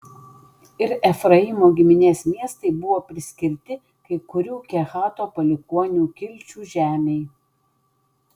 ir efraimo giminės miestai buvo priskirti kai kurių kehato palikuonių kilčių žemei